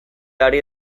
ari